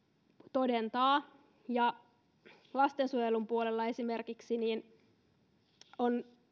todentaa lastensuojelun puolella esimerkiksi on